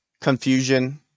confusion